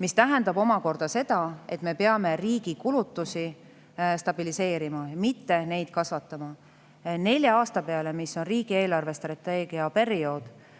See omakorda tähendab seda, et me peame riigi kulutusi stabiliseerima, mitte neid kasvatama. Nelja aasta peale, mis on riigi eelarvestrateegia periood,